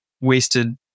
wasted